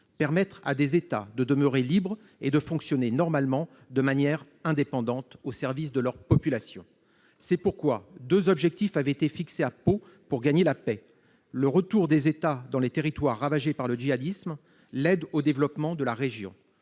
permettre à des États de demeurer libres et de fonctionner normalement, de manière indépendante, au service de leur population. C'est pourquoi deux objectifs avaient été fixés à Pau pour gagner la paix : le retour des États dans les territoires ravagés par le djihadisme et l'aide au développement de la région.